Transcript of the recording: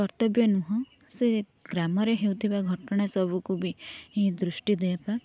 କର୍ତ୍ତବ୍ୟ ନୁହଁ ସେ ଗ୍ରାମରେ ହେଉଥିବା ଘଟଣା ସବୁ କୁ ବି ହିଁ ଦୃଷ୍ଟି ଦେବା